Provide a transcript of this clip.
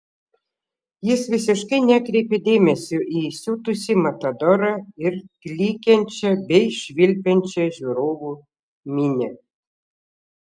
jis visiškai nekreipė dėmesio į įsiutusį matadorą ir klykiančią bei švilpiančią žiūrovų minią